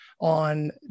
on